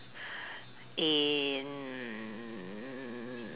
and